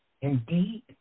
Indeed